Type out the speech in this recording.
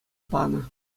панӑ